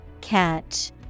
Catch